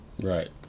Right